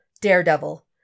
Daredevil